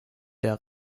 der